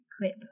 clip